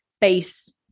base